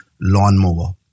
lawnmower